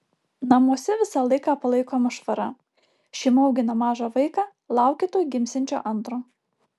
namuose visą laiką palaikoma švara šeima augina mažą vaiką laukia tuoj gimsiančio antro